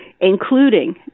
including